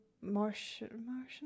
Martian